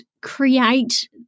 create